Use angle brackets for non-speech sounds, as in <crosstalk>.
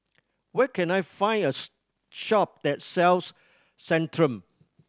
where can I find a <unintelligible> shop that sells Centrum